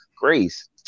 grace